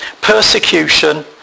persecution